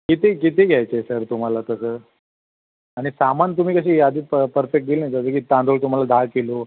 किती किती घ्यायचं आहे सर तुम्हाला तसं आणि सामान तुम्ही कशी यादी प परपेक्ट दिली ना जसं की तांदूळ तुम्हाला दहा किलो